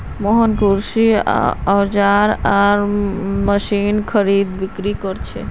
रोहन कृषि औजार आर मशीनेर खरीदबिक्री कर छे